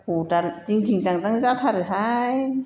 खदाल दिन्दिं दान्दां जाथारोहाय